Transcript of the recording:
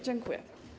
Dziękuję.